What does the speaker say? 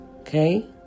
Okay